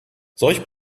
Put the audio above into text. solch